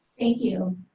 thank you.